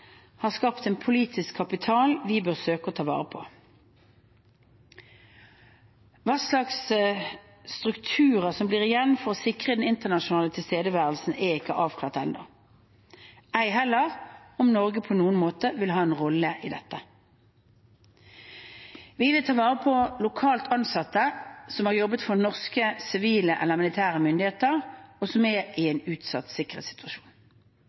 har skapt en politisk kapital vi bør søke å ta vare på. Hva slags strukturer som blir igjen for å sikre den internasjonale tilstedeværelsen, er ikke avklart ennå, ei heller om Norge på noen måte vil ha en rolle i dette. Vi vil ta vare på lokalt ansatte som har jobbet for norske sivile eller militære myndigheter, og som er i en utsatt sikkerhetssituasjon.